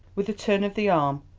with a turn of the arm,